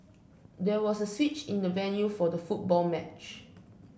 there was a switch in the venue for the football match